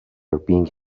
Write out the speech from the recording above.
بینگ